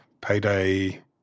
payday